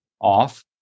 off